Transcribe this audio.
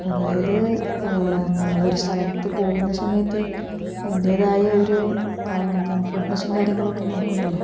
അതായത് നമ്മളൊരു സ്ഥലത്ത് പോകുന്ന സമയത്ത് അതിൻ്റെതായ ഒരു ക കംഫർട്ട്നെസ്സും കാര്യങ്ങളൊക്കെ നോക്കണമല്ലോ